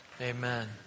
Amen